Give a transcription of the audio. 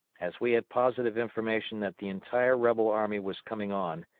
as we had positive information that the entire rebel army was coming on,